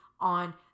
on